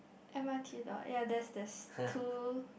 m_r_t door ya that's that's two